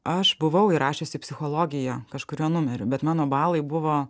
aš buvau įrašiusi psichologiją kažkuriuo numeriu bet mano balai buvo